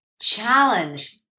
challenge